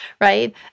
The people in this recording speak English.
right